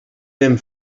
ben